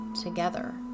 together